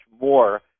more